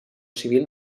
civil